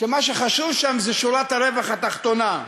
שמה שחשוב שם זה שורת הרווח התחתונה,